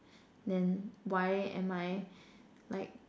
then why am I like